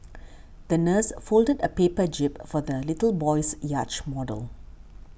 the nurse folded a paper jib for the little boy's yacht model